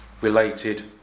Related